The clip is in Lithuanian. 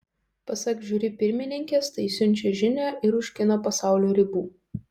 pasak žiuri pirmininkės tai siunčia žinią ir už kino pasaulio ribų